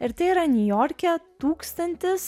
ir tai yra niujorke tūkstantis